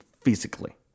physically